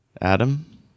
Adam